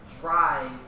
drive